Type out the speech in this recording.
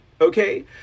okay